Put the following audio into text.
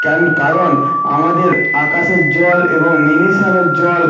কেন কারণ আমাদের আকাশের জল এবং মিনি শ্যালোর জল